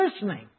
listening